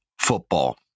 football